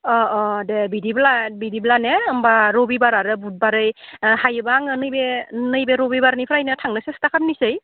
अ अ दे बिदिब्ला बिदिब्ला ने होमब्ला रबिबार आरो बुधबारै हायोब्ला आङो नैबे नैबे रबिबारनिफ्राय थांनो सेस्ता खामनिसै